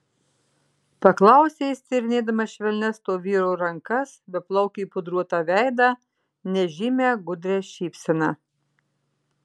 paklausė jis tyrinėdamas švelnias to vyro rankas beplaukį pudruotą veidą nežymią gudrią šypseną